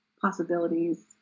possibilities